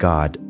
God